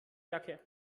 jacke